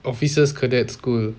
officers cadet school